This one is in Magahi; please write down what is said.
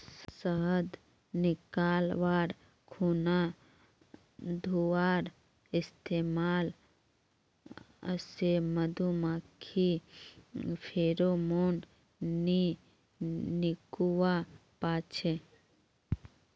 शहद निकाल्वार खुना धुंआर इस्तेमाल से मधुमाखी फेरोमोन नि निक्लुआ पाछे